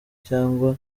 cyangwa